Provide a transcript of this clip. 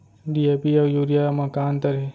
DAP अऊ urea म का अंतर हे?